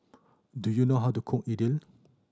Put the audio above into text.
do you know how to cook Idili